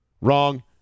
Wrong